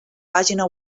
pàgina